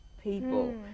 people